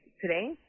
today